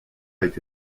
été